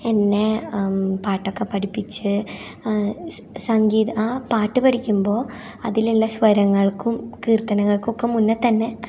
എന്നെ പാട്ടൊക്കെ പഠിപ്പിച്ച് സംഗീത പാട്ട് പഠിക്കുമ്പോൾ അതിലുള്ള സ്വരങ്ങൾക്കും കീർത്തനങ്ങൾക്കും ഒക്കെ മുന്നേ തന്നെ